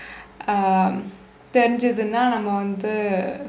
um தெரிஞ்சதுனா நம்ம வந்து:therinjsuthunaa namma vandthu